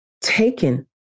taken